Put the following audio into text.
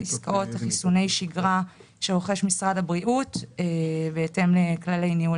עסקאות לחיסוני שגרה שרוכש משרד הבריאות בהתאם לכללי ניהול